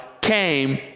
came